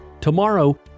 Tomorrow